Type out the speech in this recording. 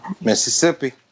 Mississippi